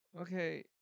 Okay